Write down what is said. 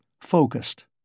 focused